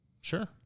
Sure